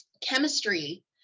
chemistry